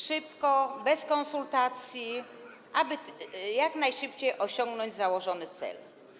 Szybko, bez konsultacji, aby jak najszybciej osiągnąć założony cel.